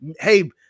hey